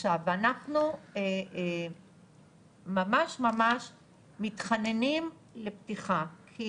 עכשיו אנחנו ממש ממש מתחננים לפתיחה כי